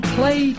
play